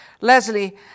Leslie